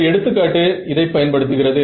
ஒரு எடுத்துக்காட்டு இதைப் பயன் படுத்துகிறது